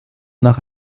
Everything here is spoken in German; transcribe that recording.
nach